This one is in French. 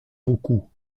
beaucoup